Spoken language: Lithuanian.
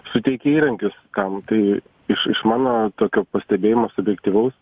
suteikia įrankius kam tai iš išmanau tokio pastebėjimo subjektyvaus